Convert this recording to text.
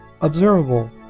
observable